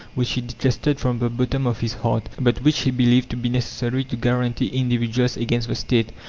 which he detested from the bottom of his heart, but which he believed to be necessary to guarantee individuals against the state.